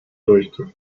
durchzug